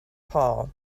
paul